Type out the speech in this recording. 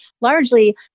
largely